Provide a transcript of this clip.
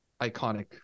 Iconic